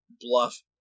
bluff